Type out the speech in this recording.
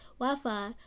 Wi-Fi